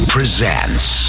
Presents